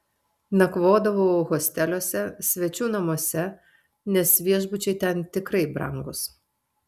nakvodavau hosteliuose svečių namuose nes viešbučiai ten tikrai brangūs